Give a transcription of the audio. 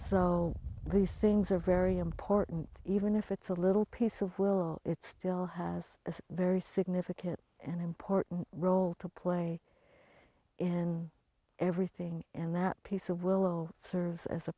so these things are very important even if it's a little piece of will it still has a very significant and important role to play and everything and that piece of willow serves as a